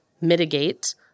mitigate